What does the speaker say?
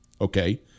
okay